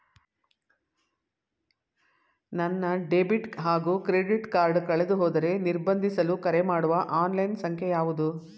ನನ್ನ ಡೆಬಿಟ್ ಹಾಗೂ credit card ಕಳೆದುಹೋದರೆ ನಿರ್ಬಂಧಿಸಲು ಕರೆಮಾಡುವ ಆನ್ಲೈನ್ ಸಂಖ್ಯೆಯಾವುದು?